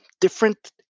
different